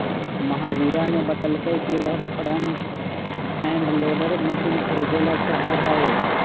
महावीरा ने बतल कई कि वह फ्रंट एंड लोडर मशीन खरीदेला चाहा हई